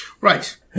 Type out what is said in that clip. Right